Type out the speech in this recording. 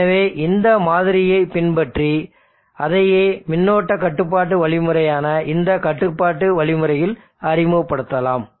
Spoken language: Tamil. எனவேஇந்த மாதிரியைப் பின்பற்றி அதையே மின்னோட்ட கட்டுப்பாட்டு வழிமுறையான இந்த கட்டுப்பாட்டு வழிமுறையில் அறிமுகப் படுத்தலாம்